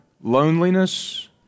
loneliness